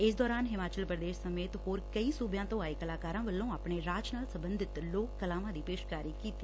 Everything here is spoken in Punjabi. ਇਸ ਦੌਰਾਨ ਹਿਮਾਚਲ ਪ੍ਦੇਸ਼ ਸਮੇਤ ਹੋਰ ਕਈ ਸੁਬਿਆਂ ਤੋਂ ਆਏ ਦੇ ਕਲਾਕਾਰਾਂ ਵੱਲੋਂ ਆਪਣੇ ਰਾਜ ਨਾਲ ਸਬੰਧਤ ਲੋਕ ਕਲਾਵਾਂ ਦੀ ਪੇਸ਼ਕਾਰੀ ਕੀਤੀ